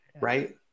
right